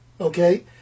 Okay